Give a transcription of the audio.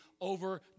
over